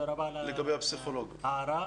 תודה רבה על ההערה,